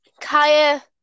Kaya